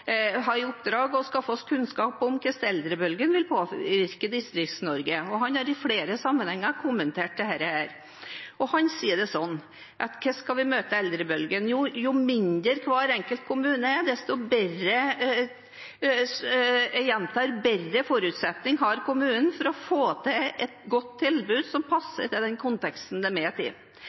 oppdrag er å skaffe oss kunnskap om hvordan eldrebølgen vil påvirke Distrikts-Norge. Han har i flere sammenhenger kommentert dette. Han har sagt, på spørsmål om hvordan vi skal møte eldrebølgen, at jo mindre hver enkelt kommune er, desto bedre – jeg gjentar: bedre – forutsetninger har kommunen for å få til et godt tilbud som passer i den konteksten de er i. De har større omstillingsevne, de er